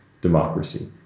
democracy